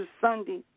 Sunday